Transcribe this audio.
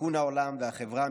תיקון העולם והחברה,